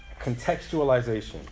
contextualization